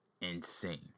insane